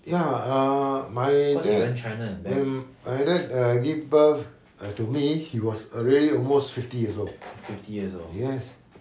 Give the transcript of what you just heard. ya err my dad mm my dad give birth err to me he was already almost fifty years old yes